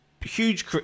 huge